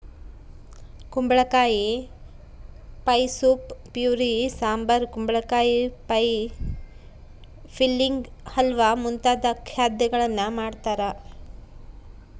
ಕುಂಬಳಕಾಯಿ pie soup puree sambar ಕುಂಬಳಕಾಯಿ pie filling halwa ಮುಂತಾದ ಖಾದ್ಯಗಳನ್ನು ಮಾಡ್ತಾರ